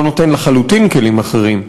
לא נותן לחלוטין כלים אחרים.